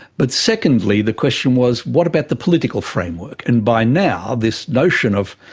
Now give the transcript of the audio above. but secondly the question was what about the political framework? and by now this notion of,